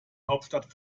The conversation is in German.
hauptstadt